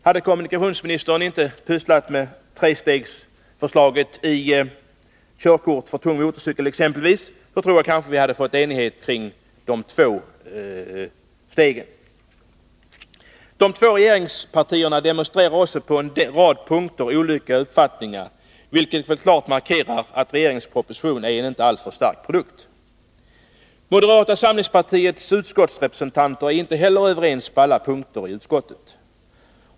Hade kommunikationsministern inte pysslat med trestegsförslaget när det gäller körkortet för tung motorcykel exempelvis, tror jag att vi hade fått enighet kring de två stegen. De två regeringspartierna demonstrerar också på en rad punkter olika uppfattningar, vilket väl klart markerar att regeringens proposition inte är en alltför stark produkt. Moderata samlingspartiets utskottsrepresentanter är inte heller överens på alla punkter.